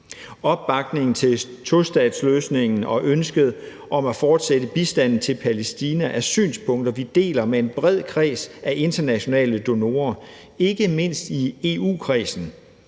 Opbakningen til tostatsløsningen og ønsket om at fortsætte med at give bistand til Palæstina er synspunkter, vi deler med en bred kreds af internationale donorer ikke mindst i EU-kredsen.